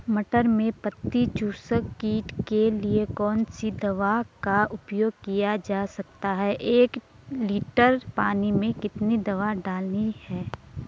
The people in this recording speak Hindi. मटर में पत्ती चूसक कीट के लिए कौन सी दवा का उपयोग किया जा सकता है एक लीटर पानी में कितनी दवा डालनी है?